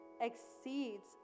exceeds